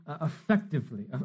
effectively